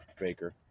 Baker